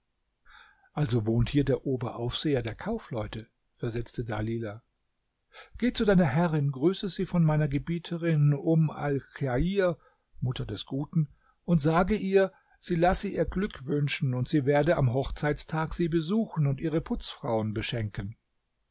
also wohnt hier der oberaufseher der kaufleute versetzte dalilah geh zu deiner herrin grüße sie von meiner gebieterin um alchair mutter des guten und sage ihr sie lasse ihr glück wünschen und sie werde am hochzeitstag sie besuchen und ihre putzfrauen beschenken